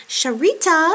Sharita